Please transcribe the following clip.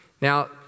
Now